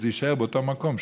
זה יישאר באותו מקום שלך.